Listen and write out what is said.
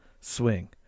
swing